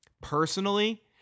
personally